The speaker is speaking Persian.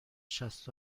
شصت